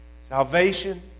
Salvation